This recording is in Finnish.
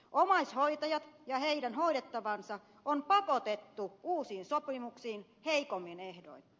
omaishoitajat ja heidän hoidettavansa on pakotettu uusiin sopimuksiin heikommin ehdoin